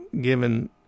given